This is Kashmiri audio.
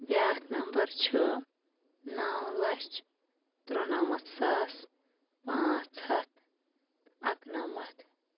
بیٛاکھ نمبر چھِ نَو لَچھ تُرٛنَمَتھ ساس پانٛژھ ہَتھ اَکہٕ نَمَتھ